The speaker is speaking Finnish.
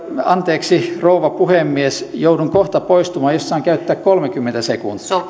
anteeksi rouva puhemies joudun kohta poistumaan jos saan käyttää kolmekymmentä sekuntia